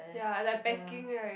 ya like backing right